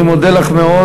אני מודה לך מאוד.